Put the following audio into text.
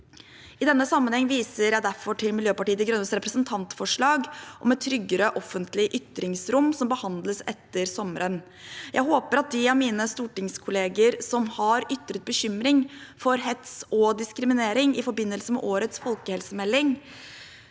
I denne sammenheng viser jeg derfor til Miljøpartiet De Grønnes representantforslag om et tryggere offentlig ytringsrom, som behandles etter sommeren. Jeg håper at de av mine stortingskollegaer som har ytret bekymring for hets og diskriminering i forbindelse med årets folkehelsemelding,